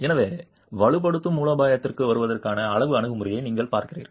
எனவே வலுப்படுத்தும் மூலோபாயத்திற்கு வருவதற்கான அளவு அணுகுமுறையை நீங்கள் பார்க்கிறீர்கள்